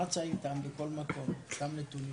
נדבר